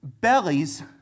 bellies